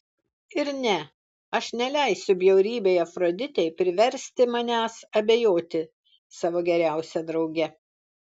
ir ne aš neleisiu bjaurybei afroditei priversti manęs abejoti savo geriausia drauge